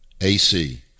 AC